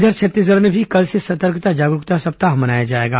इधर छत्तीसगढ़ में भी कल से सतर्कता जागरूकता सप्ताह मनाया जाएगा